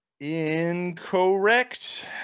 Incorrect